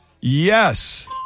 Yes